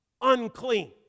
unclean